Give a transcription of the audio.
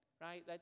right